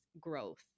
growth